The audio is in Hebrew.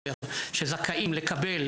בהכרח,